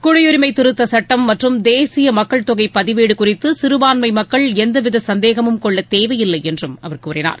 குடியுரிஸ் திருத்தச் சட்டம் மற்றும் தேசிய மக்கள் தொகை பதிவேடு குறித்து சிறுபான்மை மக்கள் எவ்வித சந்தேகமும் கொள்ளத்தேவையில்லை என்றும் அவர் கூறினார்